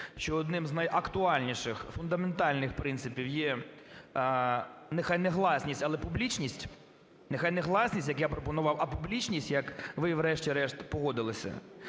що одним з найактуальніших, фундаментальних принципів є нехай не гласність, але публічність (нехай не гласність, як я пропонував, а публічність, як ви врешті-решт погодилися),